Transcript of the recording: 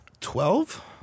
Twelve